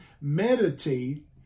Meditate